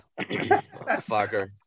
Fucker